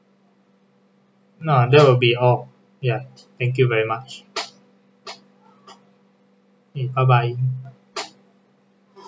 nah that will be all ya thank you very much mm bye bye